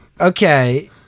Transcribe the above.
Okay